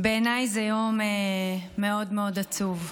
בעיניי זה יום מאוד מאוד עצוב.